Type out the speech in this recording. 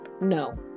No